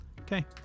Okay